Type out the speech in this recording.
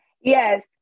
yes